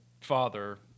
father